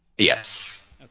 Yes